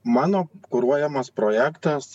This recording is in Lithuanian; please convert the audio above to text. mano kuruojamas projektas